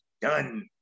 done